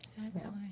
Excellent